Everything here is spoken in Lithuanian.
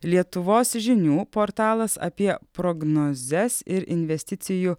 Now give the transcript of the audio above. lietuvos žinių portalas apie prognozes ir investicijų